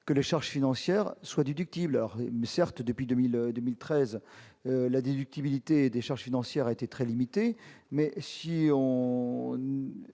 que les charges financières soient déductibles. Certes, depuis 2013, la déductibilité de ces charges a été très limitée, mais si l'on